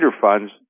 funds